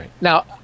Now